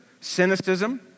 cynicism